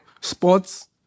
sports